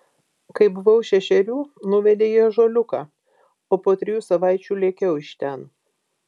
kai buvau šešerių nuvedė į ąžuoliuką o po trijų savaičių lėkiau iš ten